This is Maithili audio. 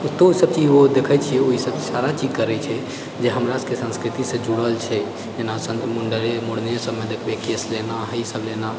ओतहुसँ देखै छिऐ ओ सब सारा चीज करै छै जे हमरा सबके संस्कृतिसँ जुड़ल छै जेना मुड़ने सबमे देखबै केश लेना ई सभ लेना होइ छै